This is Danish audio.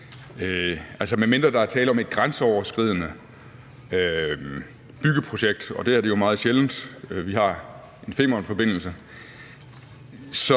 medmindre der er tale om et grænseoverskridende byggeprojekt, og det er der jo meget sjældent. Vi har en Femernforbindelse,